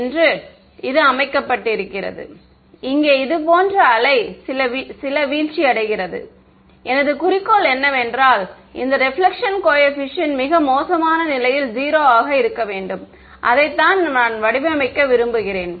என்று இது அமைக்கப்பட்டிருக்கிறது இங்கே இதுபோன்ற வேவ் சில வீழ்ச்சியடைகிறது எனது குறிக்கோள் என்னவென்றால் இந்த ரெபிலெக்ஷன் கோயெபிசியன்ட் மிக மோசமான நிலையில் 0 ஆக இருக்க வேண்டும் அதைத்தான் நான் வடிவமைக்க விரும்புகிறேன்